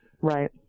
Right